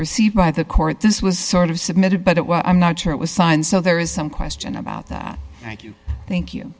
received by the court this was sort of submitted but it was i'm not sure it was signed so there is some question about that thank you